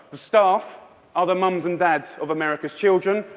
the staff are the moms and dads of america's children.